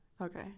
Okay